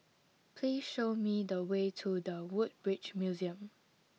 please show me the way to the Woodbridge Museum